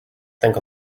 think